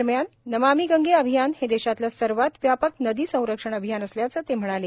दरम्यान नमामी गंगे अभियान हे देशातलं सर्वात व्यापक नदी संरक्षण अभियान असल्याचं ते म्हणाले